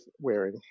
wearing